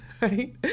right